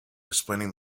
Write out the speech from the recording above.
explaining